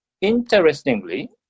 Interestingly